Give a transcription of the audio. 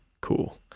cool